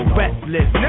restless